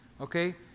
Okay